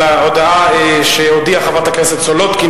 על ההודעה שהודיעה חברת הכנסת סולודקין.